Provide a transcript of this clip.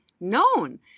known